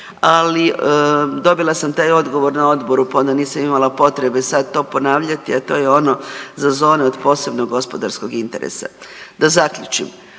ali dobila sam taj odgovor na odboru pa onda nisam imala potrebe sad to ponavljati, a to je ono za tone od posebnog gospodarskog interesa. Da zaključim,